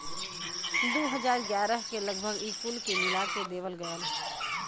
दू हज़ार ग्यारह के लगभग ई कुल के मिला देवल गएल